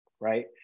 right